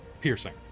piercing